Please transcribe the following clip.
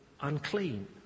unclean